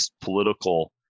political